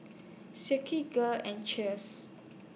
Silkygirl and Cheers